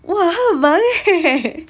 !wah! 她很忙 eh